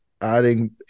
adding